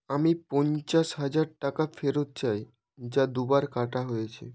আমি পঞ্চাশ হাজার টাকা ফেরত চাই যা দু বার কাটা হয়েছে